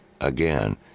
Again